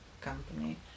company